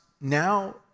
now